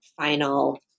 final